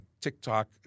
TikTok